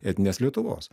etninės lietuvos